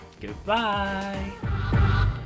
Goodbye